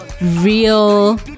real